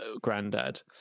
Granddad